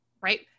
right